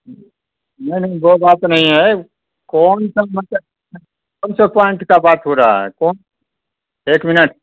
نہیں نہیں وہ بات نہیں ہے کون سا مطلب کون سا پوائنٹ کا بات ہو رہا ہے کون ایک منٹ